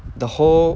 the whole